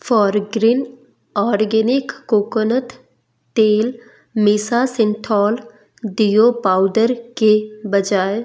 Foregreen organic coconut तेल मिसा Cinthol deo powder के बजाय